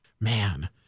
Man